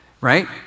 right